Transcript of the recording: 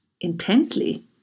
intensely